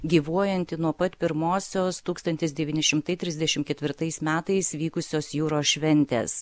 gyvuojanti nuo pat pirmosios tūkstantis devyni šimtai trisdešimt ketvirtais metais vykusios jūros šventės